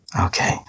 Okay